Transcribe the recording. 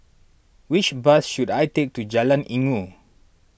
which bus should I take to Jalan Inggu